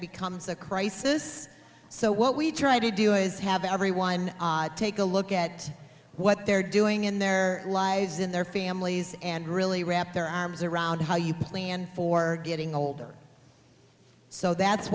becomes a crisis so what we try to do is have everyone take a look at what they're doing in their lives in their families and really wrap their arms around how you plan for getting older so that's